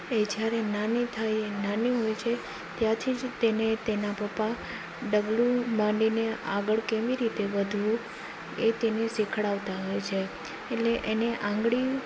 એ જ્યારે નાની થાય નાની હોય છે ત્યાંથી જ તેને તેના પપ્પા ડગલું માંડીને આગળ કેવી રીતે વધવું એ તેને શીખવાડતા હોય છે એટલે એને આંગળી